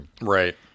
Right